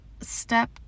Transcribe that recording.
step